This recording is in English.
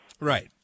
right